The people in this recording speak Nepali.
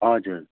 हजुर